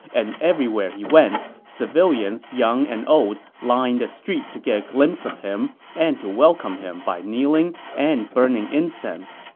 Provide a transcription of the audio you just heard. and everywhere he went, civilians young and old lined the streets to get a glimpse of him and to welcome him by kneeling and burning incense.